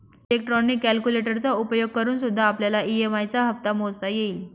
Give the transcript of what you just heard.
electronic कैलकुलेटरचा उपयोग करूनसुद्धा आपल्याला ई.एम.आई चा हप्ता मोजता येईल